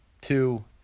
Two